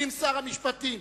ועם שר המשפטים,